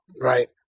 right